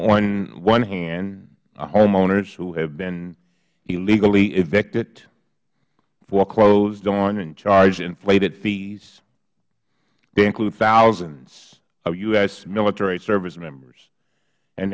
on one hand a homeowner who has been illegally evicted foreclosed on and charged inflated fees they include thousands of u s military service members and